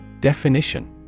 Definition